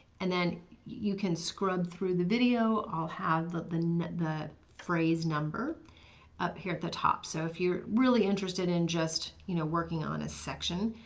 and then you can scrub through the video, i'll have the the phrase number up here at the top. so if you're really interested in just you know working on a section,